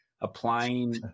applying